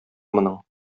моның